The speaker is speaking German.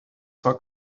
zwar